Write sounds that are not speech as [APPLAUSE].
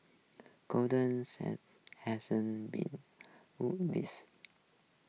golden Sachs hasn't been to this [NOISE]